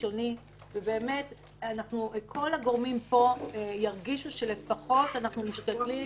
הראשוני כך שכל הגורמים פה ירגישו שלפחות אנחנו משתדלים